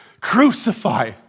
crucify